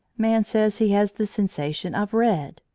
man says he has the sensation of red.